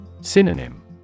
Synonym